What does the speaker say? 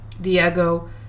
Diego